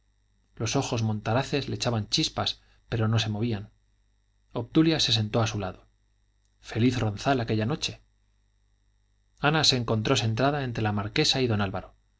los ojos montaraces le echaban chispas pero no se movían obdulia le sentó a su lado feliz ronzal aquella noche ana se encontró sentada entre la marquesa y don álvaro